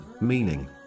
meaning